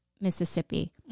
Mississippi